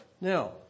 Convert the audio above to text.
Now